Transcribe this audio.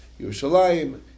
Yerushalayim